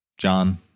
John